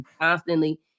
constantly